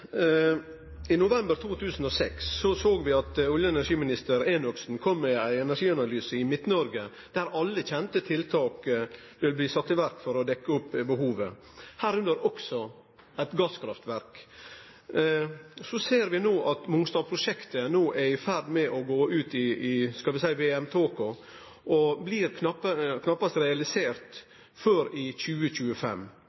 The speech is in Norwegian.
I november 2006 såg vi at olje- og energiminister Enoksen kom med ein energianalyse for Midt-Noreg, der alle kjende tiltak ville bli sette i verk for å dekkje opp behovet, herunder også eit gasskraftverk. No ser vi at Mongstad-prosjektet er i ferd med å gå ut i – skal vi seie – VM-tåka og knappast blir